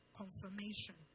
confirmation